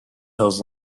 hills